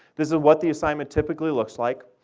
this is what the assignment typically looks like.